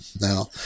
Now